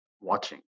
watching